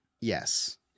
Yes